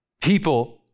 People